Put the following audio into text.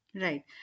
Right